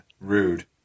Rude